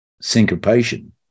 syncopation